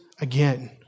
again